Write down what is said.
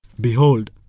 Behold